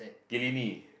Killiney